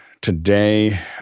today